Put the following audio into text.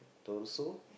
torso